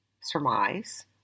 surmise